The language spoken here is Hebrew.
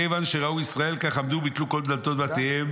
כיון שראו ישראל כך, עמדו ובטלו כל דלתות בתיהם